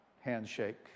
handshake